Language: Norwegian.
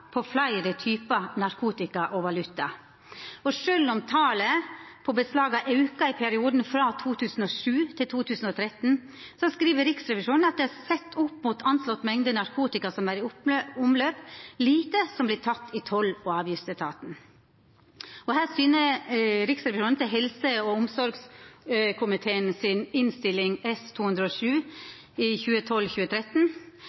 fleire typar narkotika og valuta. Sjølv om talet på beslag har auka i perioden frå 2007 til 2013, skriv Riksrevisjonen: «Sett opp mot anslått mengde narkotika som er i omløp, er det lite som tas i toll- og avgiftsetatens grensekontroll.» Her syner Riksrevisjonen til Innst. 207 S for 2012–2013 frå helse- og omsorgskomiteen,